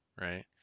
right